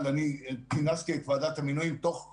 אני כינסתי את ועדת המינויים תוך יומיים,